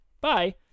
Bye